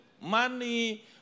money